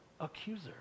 accuser